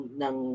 ng